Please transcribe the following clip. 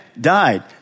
died